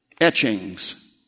etchings